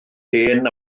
hen